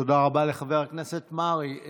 תודה רבה לחבר הכנסת מרעי.